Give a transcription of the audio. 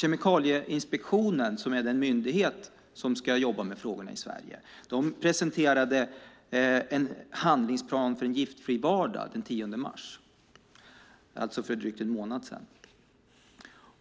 Kemikalieinspektionen, som är den myndighet som ska jobba med frågorna i Sverige, presenterade den 10 mars en handlingsplan för en giftfri vardag, alltså för drygt en månad sedan.